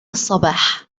الصباح